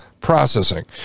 processing